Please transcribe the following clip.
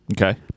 Okay